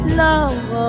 love